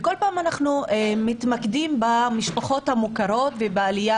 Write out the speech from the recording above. כל פעם אנחנו מתמקדים במשפחות המוכרות ובעלייה